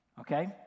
Okay